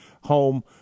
home